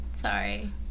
Sorry